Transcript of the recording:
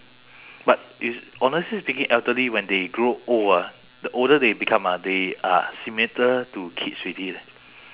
but if honestly speaking elderly when they grow old ah the older they become ah they are similar to kids already leh